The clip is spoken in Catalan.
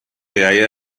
iaia